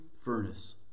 furnace